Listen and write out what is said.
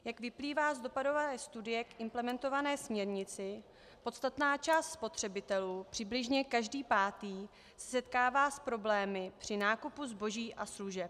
Jak vyplývá z dopadové studie k implementované směrnici, podstatná část spotřebitelů, přibližně každý pátý, se setkává s problémy při nákupu zboží a služeb.